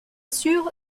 sûr